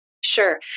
sure